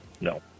no